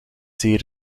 zeer